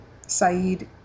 Saeed